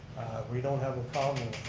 we don't have a problem